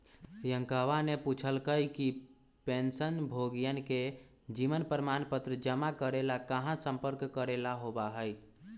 रियंकावा ने पूछल कई कि पेंशनभोगियन के जीवन प्रमाण पत्र जमा करे ला कहाँ संपर्क करे ला होबा हई?